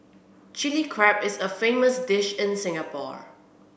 Chilli Crab is a famous dish in Singapore